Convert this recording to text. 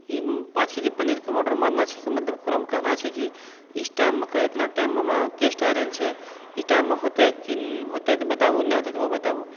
कि पाँच K G पनीरके आर्डर मारना छै कि ओकरामे कहना छै कि इस टाइमके एतना टाइममे हमरा गेस्ट आइ रहल छै ई टाइममे होतै कि होतै तऽ बताबु नहि होतै तऽ ओहो बताबु